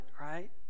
right